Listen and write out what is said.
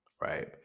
right